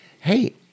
Hey